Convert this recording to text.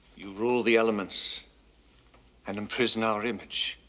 you rule the elements and imprison our image.